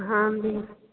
ਹਾਂਜੀ